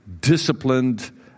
disciplined